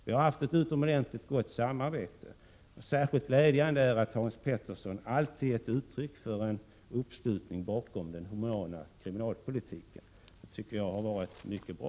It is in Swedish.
Vi har haft ett utomordentligt gott samarbete, och det har varit särskilt glädjande att Hans Petersson alltid har givit uttryck för en uppslutning bakom den humana kriminalpolitiken. Det har varit mycket bra.